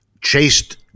chased